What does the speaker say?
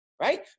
Right